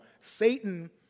Satan